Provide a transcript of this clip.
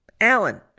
Alan